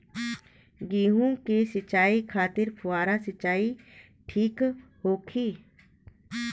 गेहूँ के सिंचाई खातिर फुहारा सिंचाई ठीक होखि?